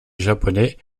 japonais